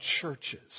churches